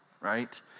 right